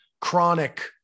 Chronic